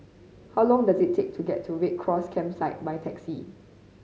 how long does it take to get to Red Cross Campsite by taxi